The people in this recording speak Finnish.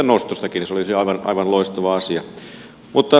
se olisi aivan loistava asia